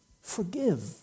Forgive